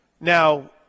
Now